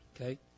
Okay